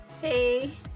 Hey